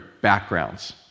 backgrounds